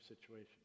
situation